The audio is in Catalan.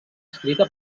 escrita